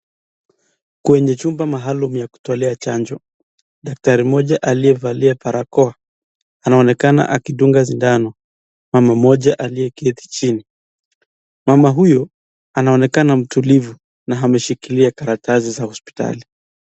Kwenye chumba maalum ya kutolea chanjo. Daktari mmoja aliyevalia barakoa anaonekana akidunga sindano mama mmoja aliyeketi chini. Mama huyu anaonekana mtulivu na ameshikilia karatasi za hospitali.